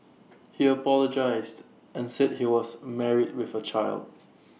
he apologised and said he was married with A child